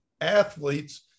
athletes